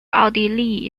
奥地利